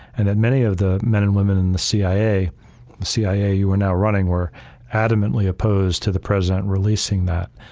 and that many of the men and women in the cia, the cia you were now running were adamantly opposed to the president releasing that.